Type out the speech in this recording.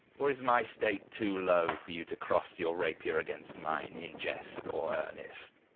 or is my state too low for you to cross your rapier against mine, in jest, or earnest?